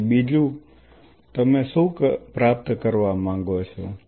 તેથી બીજું તમે શું પ્રાપ્ત કરવા માંગો છો